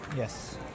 Yes